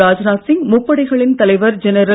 ராஜ்நாத் சிங் முப்படைகளின் தலைவர் ஜெனரல்